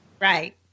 Right